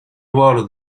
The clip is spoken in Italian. ruolo